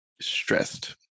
stressed